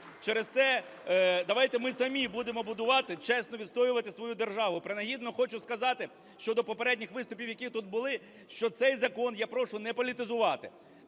Через те давайте ми самі будемо будувати, чесно відстоювати свою державу. Принагідно хочу сказати щодо попередніх виступів, які тут були, що цей закон я прошу не політизувати.